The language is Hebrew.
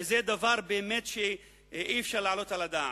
וזה באמת דבר שאי-אפשר להעלות על הדעת.